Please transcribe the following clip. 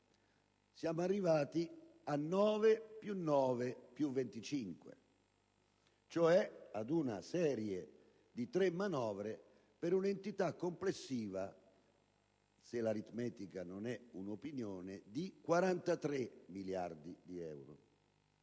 siamo arrivati a 9, più 9, più 25, cioè ad una serie di tre manovre per una entità complessiva - se l'aritmetica non è un'opinione - di 43 miliardi di euro.